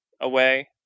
away